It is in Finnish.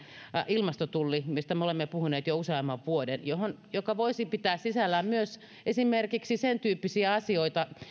ilmastotulli mistä me olemme puhuneet jo useamman vuoden joka voisi pitää sisällään myös esimerkiksi sentyyppisiä asioita